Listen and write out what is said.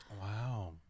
Wow